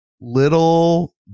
little